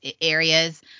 areas